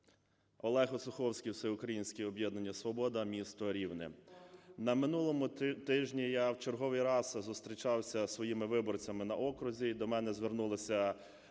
Олег Осуховський, Всеукраїнське об'єднання "Свобода", місто Рівне. На минулому тижні я в черговий раз зустрічався зі своїми виборцями на окрузі, і до мене звернулися